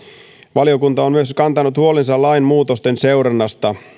valiokunta on myös kantanut huolensa lain muutosten seurannasta